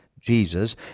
Jesus